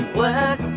work